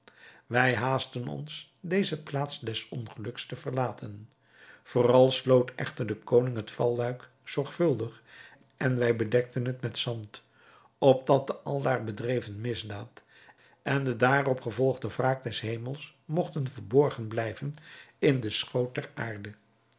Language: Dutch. wij haasten ons deze plaats des ongeluks te verlaten vooral sloot echter de koning het valluik zorgvuldig en wij bedekten het met zand opdat de aldaar bedreven misdaad en de daarop gevolgde wraak des hemels mogten verborgen blijven in den schoot der aarde